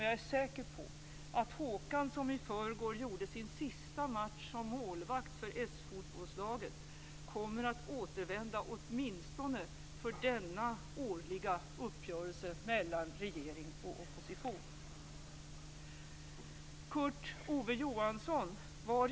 Jag är säker på att Håkan, som i förrgår gjorde sin sista match som målvakt för s-fotbollslaget, kommer att återvända åtminstone för denna årliga uppgörelse mellan regering och opposition.